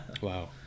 Wow